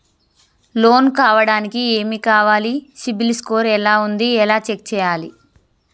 Loan కావడానికి ఏమి కావాలి సిబిల్ స్కోర్ ఎలా ఉంది ఎలా చెక్ చేయాలి?